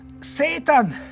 Satan